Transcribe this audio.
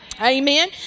Amen